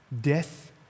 Death